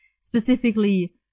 specifically